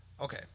Okay